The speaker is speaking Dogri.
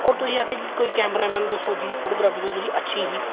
होर तुसें गी आखेआ कि कोई कैमरा मैन दस्सो जेह्दी फोटोग्राफी जेह्ड़ी अच्छी ही